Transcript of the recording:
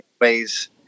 ways